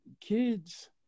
kids